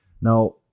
Now